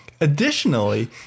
Additionally